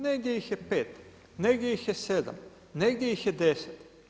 Negdje ih je 5, negdje ih je 7, negdje ih je 10.